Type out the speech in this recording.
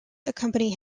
accompany